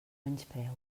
menyspreu